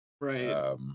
Right